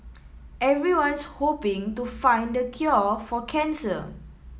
everyone's hoping to find the cure for cancer